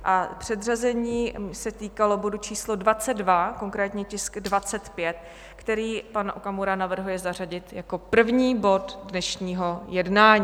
A předřazení se týkalo bodu č. 22, konkrétně tisk 25, který pan Okamura navrhuje zařadit jako první bod dnešního jednání.